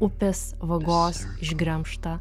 upės vagos išgremžtą